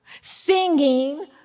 singing